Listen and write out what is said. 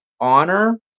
Honor